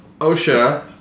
Osha